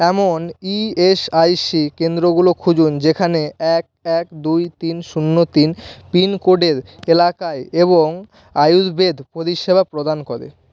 এমন E S I C কেন্দ্রগুলো খুঁজুন যেখানে এক এক দুই তিন শূন্য তিন পিনকোডের এলাকায় এবং আয়ুর্বেদ পরিষেবা প্রদান করে